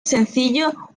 sencillo